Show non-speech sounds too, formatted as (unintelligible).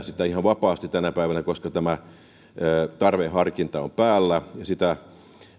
(unintelligible) sitä ihan vapaasti tänä päivänä koska tarveharkinta on päällä